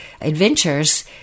adventures